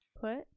put